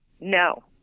no